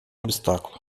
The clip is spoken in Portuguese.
obstáculo